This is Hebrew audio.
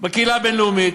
בקהילה הבין-לאומית.